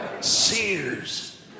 Sears